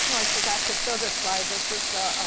i forgot to show this slide. this is the